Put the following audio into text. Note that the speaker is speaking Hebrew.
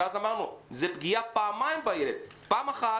אז אמרנו: זה פגיעה פעמיים בילד פעם אחת,